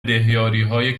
دهیاریهای